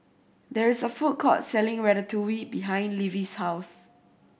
there is a food court selling Ratatouille behind Levie's house